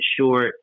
short